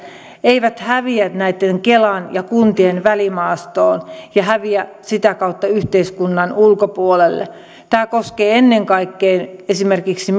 eivät häviä kelan ja kuntien välimaastoon ja häviä sitä kautta yhteiskunnan ulkopuolelle tämä koskee ennen kaikkea esimerkiksi